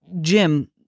Jim